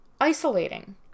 isolating